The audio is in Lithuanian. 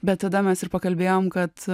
bet tada mes ir pakalbėjom kad